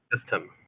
system